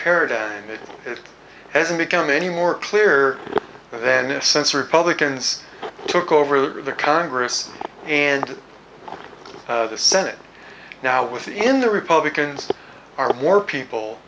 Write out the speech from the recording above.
paradigm but it hasn't become any more clear than a sense republicans took over the congress and the senate now with in the republicans are more people